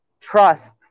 trust